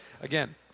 again